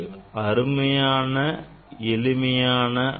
ஒரு அருமையான எளிமையான